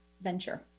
venture